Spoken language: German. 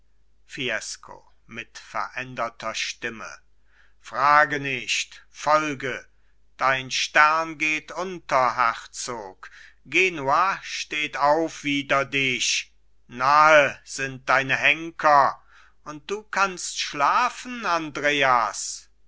fiesco mit veränderter stimme frage nicht folge dein stern geht unter herzog genua steht auf wider dich nahe sind deine henker und du kannst schlafen andreas